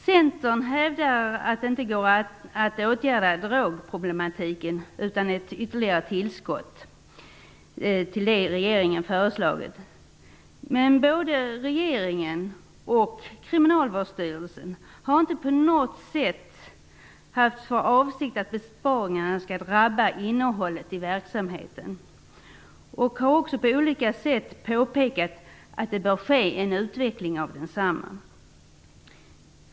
Centern hävdar att det inte går att åtgärda drogproblematiken utan ett ytterligare tillskott, utöver det som regeringen har föreslagit. Varken regeringen eller Kriminalvårdsstyrelsen har på något sätt haft för avsikt att låta besparingarna drabba innehållet i verksamheten. De har på olika sätt påpekat att det bör ske en utveckling av densamma.